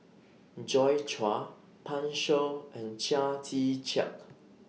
Joi Chua Pan Shou and Chia Tee Chiak